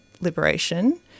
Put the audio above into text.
liberation